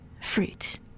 fruit